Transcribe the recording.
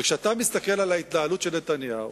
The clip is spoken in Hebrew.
וכשאתה מסתכל על ההתנהלות של נתניהו,